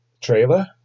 trailer